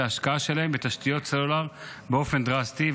ההשקעה שלהן בתשתיות סלולר באופן דרסטי,